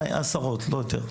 עשרות, לא יותר.